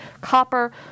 copper